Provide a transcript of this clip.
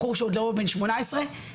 בחור שעוד לא בן שמונה עשרה,